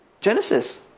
Genesis